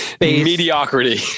Mediocrity